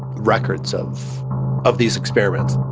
records of of these experiments.